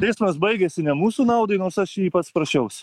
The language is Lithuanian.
teismas baigėsi ne mūsų naudai nors aš į jį pats prašiausi